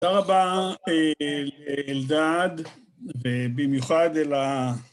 תודה רבה לאלדד ובמיוחד אל ה...